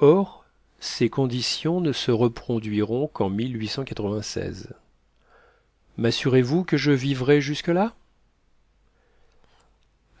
or ces conditions ne se reproduiront qu'en massurez vous que je vivrai jusque-là